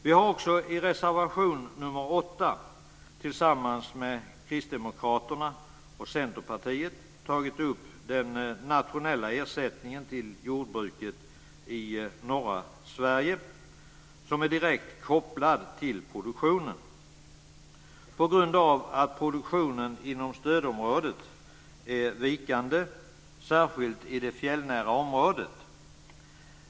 Vi har också i reservation 8 tillsammans med Kristdemokraterna och Centerpartiet tagit upp den nationella ersättningen till jordbruket i norra Sverige, som är direkt kopplad till produktionen, på grund av att produktionen inom stödområdet är vikande, särskilt i det fjällnära området.